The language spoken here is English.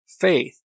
faith